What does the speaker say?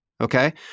Okay